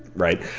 right?